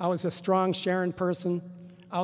i was a strong sharon person i